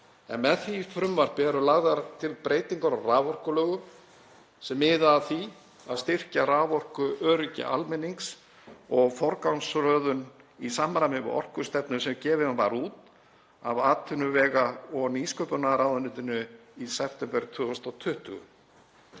Með því frumvarpi eru lagðar til breytingar á raforkulögum sem miða að því að styrkja raforkuöryggi almennings og forgangsröðun í samræmi við orkustefnu sem gefin var út af atvinnuvega- og nýsköpunarráðuneytinu í september 2020.